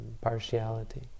partiality